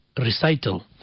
recital